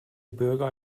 bürger